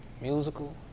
Musical